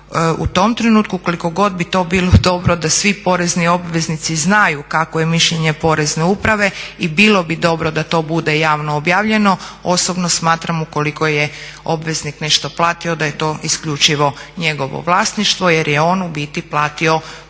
u tom trenutku koliko god bi to bilo dobro da svi porezni obveznici znaju kakvo je mišljenje Porezne uprave i bilo bi dobro da to bude javno objavljeno. Osobno smatram ukoliko je obveznik nešto platio da je to isključivo njegovo vlasništvo jer je on u biti platio pružanu